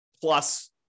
plus